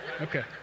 Okay